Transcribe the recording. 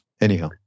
anyhow